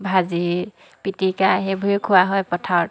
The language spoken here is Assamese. ভাজি পিটিকা সেইবোৰে খোৱা হয় পথাৰত